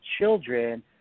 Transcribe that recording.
children